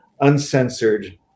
uncensored